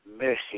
mercy